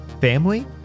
family